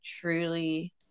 truly